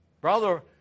Brother